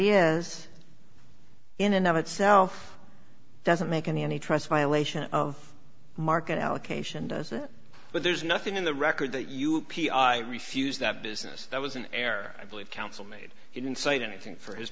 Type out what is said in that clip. is in and of itself doesn't make any any trust violation of market allocation does it but there's nothing in the record that you refuse that business that was an error i believe council made didn't say anything for his